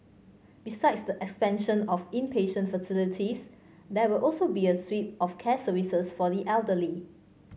besides the expansion of inpatient facilities there will also be a suite of care services for the elderly